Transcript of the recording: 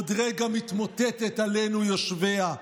עוד רגע מתמוטטת עלינו, יושביה.